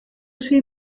see